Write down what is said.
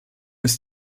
ist